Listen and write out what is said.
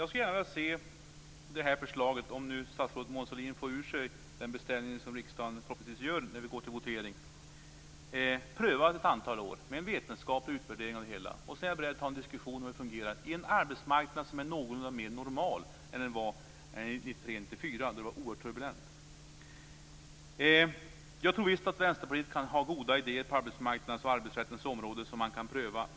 Fru talman! Om statsrådet Mona Sahlin får ur sig den beställning som riksdagen förhoppningsvis gör när vi går till votering, skulle jag skulle gärna vilja se det förslaget prövat under ett antal år med en vetenskaplig utvärdering av det hela. Sedan är jag beredd att ta en diskussion om det fungerar på en arbetsmarknad som är något mer normal än den var 1993/94 då det var oerhört turbulent. Jag tror visst att Vänsterpartiet kan ha goda idéer på arbetsmarknadens och arbetsrättens område som man kan pröva.